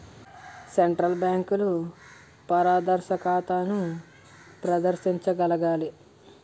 central బ్యాంకులు పారదర్శకతను ప్రదర్శించగలగాలి